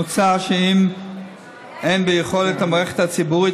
מוצע שאם אין ביכולת המערכת הציבורית